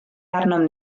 arnom